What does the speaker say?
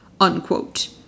unquote